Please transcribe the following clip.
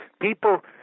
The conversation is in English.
people